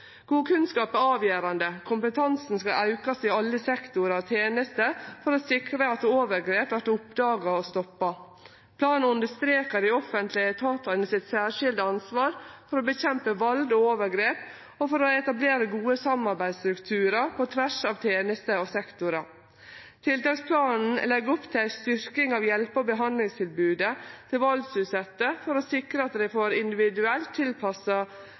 God kunnskap er avgjerande. Kompetansen skal aukast i alle sektorar og tenester for å sikre at overgrep vert oppdaga og stoppa. Planen understreker dei offentlege etatane sitt særskilde ansvar for å kjempe mot vald og overgrep og for å etablere gode samarbeidsstrukturar på tvers av tenester og sektorar. Tiltaksplanen legg opp til ei styrking av hjelpe- og behandlingstilbodet til valdsutsette for å sikre at dei får individuelt tilpassa